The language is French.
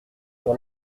sur